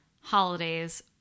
holidays